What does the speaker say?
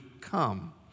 come